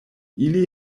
ili